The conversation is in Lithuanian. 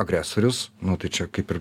agresorius nu tai čia kaip ir